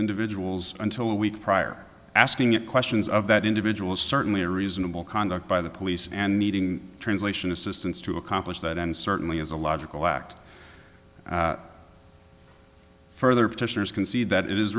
individuals until a week prior asking you questions of that individual certainly a reasonable conduct by the police and meeting translation assistance to accomplish that and certainly as a logical act further petitioners can see that it is